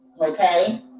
Okay